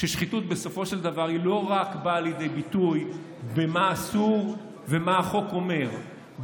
שחיתות בסופו של דבר לא באה לידי ביטוי רק במה אסור ומה החוק אומר,